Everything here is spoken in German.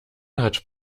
hat